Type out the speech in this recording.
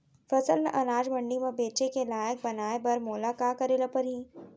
फसल ल अनाज मंडी म बेचे के लायक बनाय बर मोला का करे ल परही?